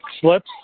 Slips